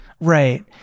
Right